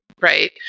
right